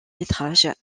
métrage